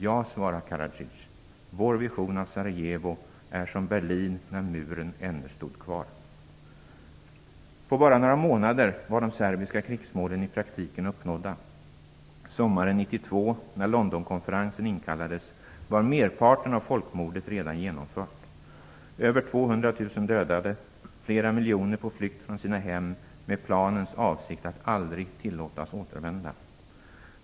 Ja, svarar Karadzic, vår vision av Sarajevo är som Berlin när muren ännu stod kvar. På bara några månader var de serbiska krigsmålen i praktiken uppnådda. Sommaren 1992, när Londonkonferensen inkallades, var merparten av folkmordet redan genomfört. Över 200 000 dödade, flera miljoner på flykt från sina hem, med planens avsikt att aldrig tillåtas återvända.